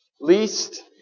Least